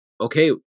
okay